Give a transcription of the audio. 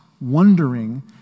wondering